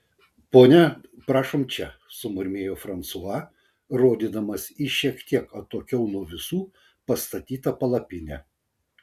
ponia prašom čia sumurmėjo fransua rodydamas į šiek tiek atokiau nuo visų pastatytą palapinę